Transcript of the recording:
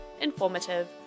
informative